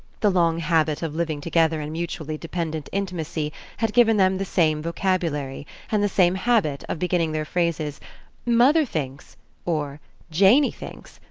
the long habit of living together in mutually dependent intimacy had given them the same vocabulary, and the same habit of beginning their phrases mother thinks or janey thinks,